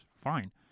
Fine